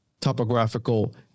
topographical